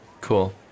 Cool